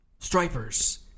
Stripers